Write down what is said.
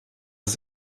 ist